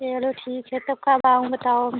चलो ठीक है तो कब आऊँ बताओ